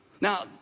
Now